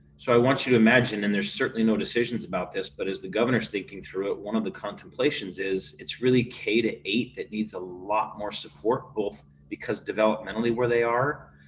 so i want you to imagine, and there's certainly no decisions about this, but as the governor's thinking through it one of the contemplations is it's really k eight that needs a lot more support, both because developmentally where they are,